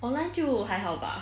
online 就还好吧